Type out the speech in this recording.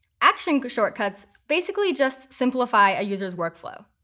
action shortcuts basically just simplify a user's workflow.